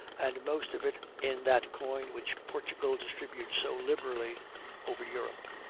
and most of it in that coin which portugal distributes so liberally over europe.